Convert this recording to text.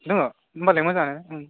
दङ होनबालाय मोजांआनो